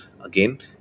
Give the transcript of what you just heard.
Again